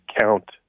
count